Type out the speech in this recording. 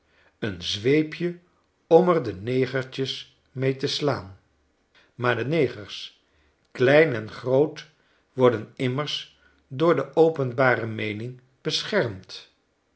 een zweepje om er de negertjes mee te slaan maar de negers klein en groot worden immers door de openbare meening beschermd